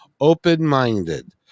open-minded